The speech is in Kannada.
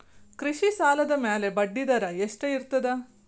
ಕೃಷಿ ಸಾಲದ ಮ್ಯಾಲೆ ಬಡ್ಡಿದರಾ ಎಷ್ಟ ಇರ್ತದ?